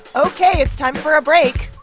ok. it's time for a break.